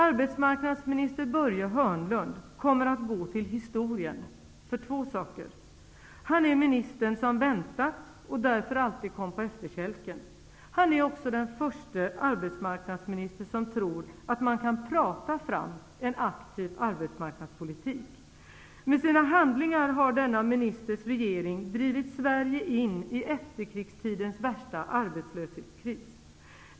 Arbetsmarknadsminister Börje Hörnlund kommer att gå till historien för två saker. Han är ministern som väntat och därför alltid kom på efterkälken. Han är också den första arbetsmarknadsminister som tror att man kan prata fram en aktiv arbetsmarknadspolitik. Med sina handlingar har denna ministers regering drivit Sverige in i efterkrigstidens värsta arbetslöshetskris.